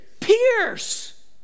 Pierce